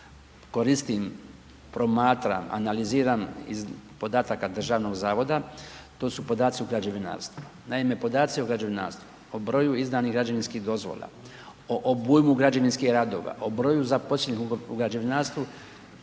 koristim, promatram, analiziram iz podataka državnog zavoda, to su podaci u građevinarstvu. Naime, podaci u građevinarstvu, po broju izdanih građevinskih dozvola, o obujmu građevinskih radova, o broju zaposlenih u građevinarstvu